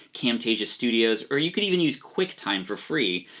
camtasia studios or you could even use quicktime for free,